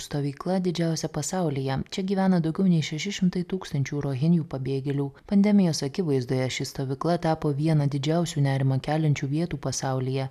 stovykla didžiausia pasaulyje čia gyvena daugiau nei šeši šimtai tūkstančių rohenijų pabėgėlių pandemijos akivaizdoje ši stovykla tapo viena didžiausių nerimą keliančių vietų pasaulyje